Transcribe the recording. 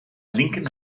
linken